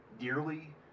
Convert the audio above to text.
dearly